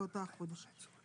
באותו החודש.".